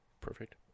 Perfect